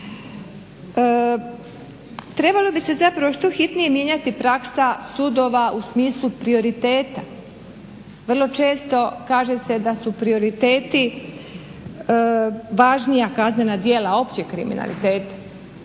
Trebala bi se zapravo što hitnije mijenjati praksa sudova u smislu prioriteta. Vrlo često kaže se da su prioriteti važnija kaznena djela općeg kriminaliteta.